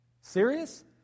Serious